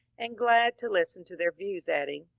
and glad to listen to their views, adding,